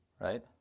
Right